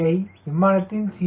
c ஐ விமானத்தின் C